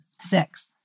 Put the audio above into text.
Six